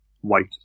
white